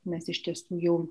mes iš tiesų jau